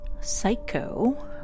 Psycho